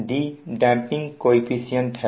D damping coefficient है